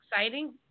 exciting